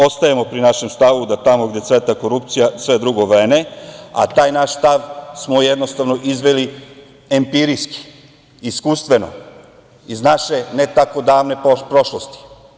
Ostajemo pri našem stavu da tamo gde cveta korupcija sve drugo vene, a taj naš stav smo jednostavno izveli empirijski, iskustveno, iz naše ne tako davne prošlosti.